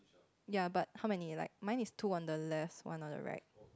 ya but how many like mine is two on the left one on the right